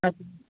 अस्तु